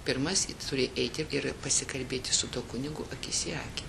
pirmas turi eiti ir pasikalbėti su tuo kunigu akis į akį